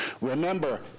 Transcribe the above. Remember